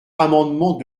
amendement